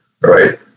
right